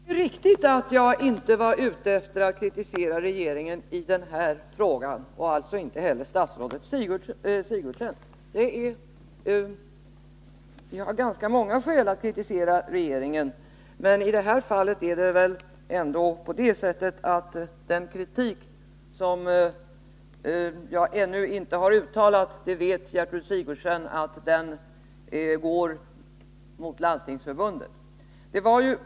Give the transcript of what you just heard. Herr talman! Det är riktigt att jag inte var ute efter att kritisera regeringen i den här frågan, och alltså inte heller statsrådet Sigurdsen. Vi har ganska många skäl att kritisera regeringen, men i det här fallet riktar sig, som Gertrud Sigurdsen vet, den kritik som jag ännu inte uttalat emot Landstingsförbundet.